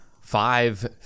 five